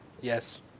Yes